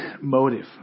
motive